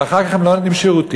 ואחר כך הם לא נותנים שירותים.